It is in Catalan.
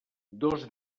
dos